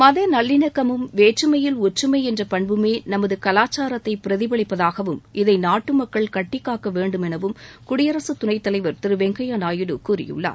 மத நல்லிணக்கழம் வேற்றுமையில் ஒற்றுமை என்ற பண்புமே நமது கலாச்சாரத்தை பிரதிபலிப்பதாகவும் இதை நாட்டு மக்கள் கட்டிக்காக்க வேண்டும் எனவும் குடியரசு துணைத்தலைவர் திரு வெங்கைய நாயுடு கூறியுள்ளார்